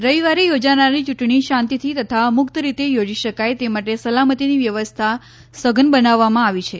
રવિવારે યોજાનારી ચૂંટણી શાંતિથી તથા મુક્ત રીતે યોજી શકાય તે માટે સલામતીની વ્યવસ્થા સઘન બનાવવામાં આવી છે